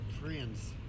friends